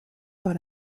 par